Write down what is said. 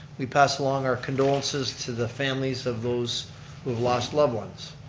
we pass along our condolences to the families of those who have lost loved ones.